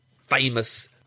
famous